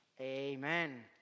Amen